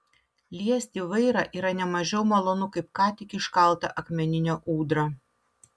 liesti vairą yra ne mažiau malonu kaip ką tik iškaltą akmeninę ūdrą